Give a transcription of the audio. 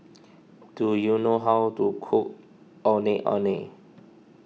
do you know how to cook Ondeh Ondeh